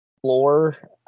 Floor